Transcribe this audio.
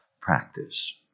practice